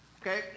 Okay